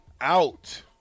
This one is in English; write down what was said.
out